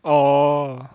orh